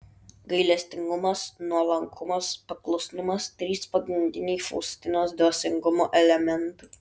gailestingumas nuolankumas paklusnumas trys pagrindiniai faustinos dvasingumo elementai